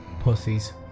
Pussies